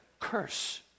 curse